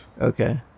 Okay